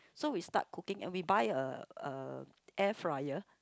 so we start cooking and we buy a a air fryer